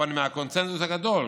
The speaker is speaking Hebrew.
מהקונסנזוס הגדול,